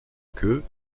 queue